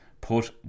put